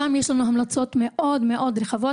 שם יש לנו המלצות מאוד מאוד רחבות.